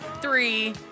three